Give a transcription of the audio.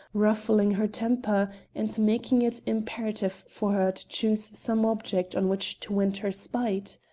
ruffling her temper and making it imperative for her to choose some object on which to vent her spite?